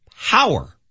power